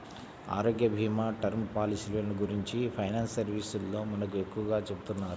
ఆరోగ్యభీమా, టర్మ్ పాలసీలను గురించి ఫైనాన్స్ సర్వీసోల్లు మనకు ఎక్కువగా చెబుతున్నారు